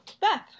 Beth